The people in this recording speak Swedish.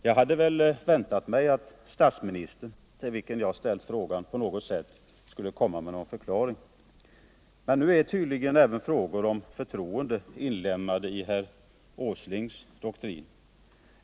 Jag hade väl väntat mig att statsministern, till vilken jag ställt frågan, på något sätt skulle komma med någon förklaring. Men nu är tydligen även frågor om förtroende inlemmade i herr Åslings doktrin.